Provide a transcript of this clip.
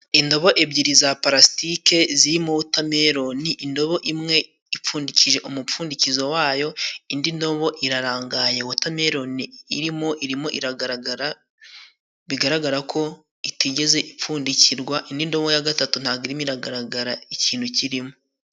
Indobo ebyiri za palasitike zirimo otameroni ,indobo imwe ipfundikishije umupfundikizo wayo, indi ntobo irarangaye otameroni irimo ,irimo iragaragara bigaragara ko itigeze ipfundikirwa, Indi indobo ya gatatu ntago irimo iragaragara ikintu kirimo.